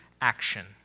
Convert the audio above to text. action